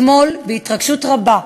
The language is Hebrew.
אתמול, בהתרגשות רבה,